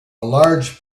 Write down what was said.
large